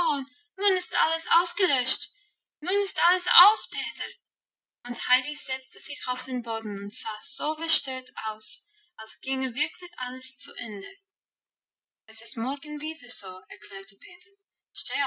nun ist alles ausgelöscht nun ist alles aus peter und heidi setzte sich auf den boden und sah so verstört aus als ginge wirklich alles zu ende es ist morgen wieder so erklärte peter